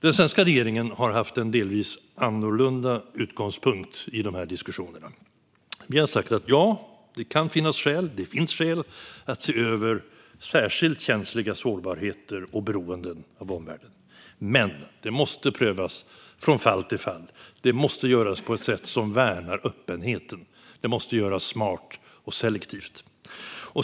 Den svenska regeringen har haft en delvis annorlunda utgångspunkt i dessa diskussioner. Vi har sagt att det finns skäl att se över särskilt känsliga sårbarheter och beroenden av omvärlden men att det måste prövas från fall till fall. Det måste göras på ett sätt som värnar öppenheten. Det måste göras smart och selektivt.